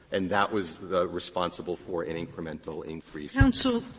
and that was the responsible for an incremental increase. and so